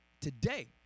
today